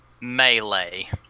melee